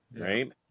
right